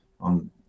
on